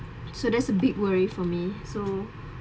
so there's a big worry for me so